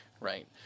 Right